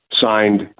Signed